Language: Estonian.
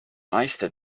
naiste